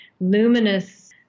luminous